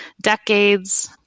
decades